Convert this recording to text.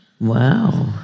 Wow